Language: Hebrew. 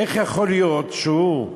איך יכול להיות שהוא,